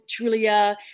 Trulia